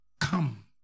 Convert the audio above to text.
Come